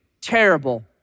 terrible